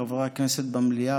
חברי הכנסת במליאה,